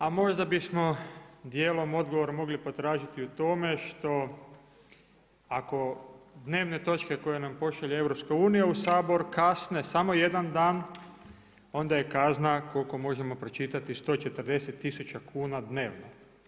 A možda bismo dijelom odgovor mogli potražiti u tome što, ako dnevne točke koje nam pošalje EU u Sabor kasne samo jedan dan, onda je kazna koliko možemo pročitati 140 tisuća kuna dnevno.